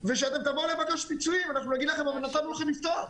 וכשנבוא לבקש פיצויים יגידו שנתנו לנו לפתוח.